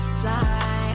fly